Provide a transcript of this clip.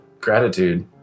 Gratitude